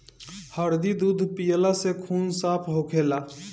हरदी दूध पियला से खून साफ़ होखेला